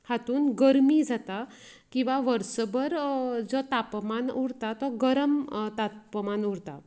हातूंत गरमी जाता किंवां वर्स भर जो तापमान उरता तो गरम तापमान उरता